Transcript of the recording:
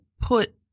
put